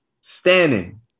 standing